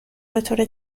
بطور